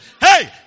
Hey